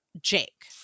Jake